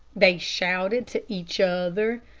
they shouted to each other.